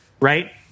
right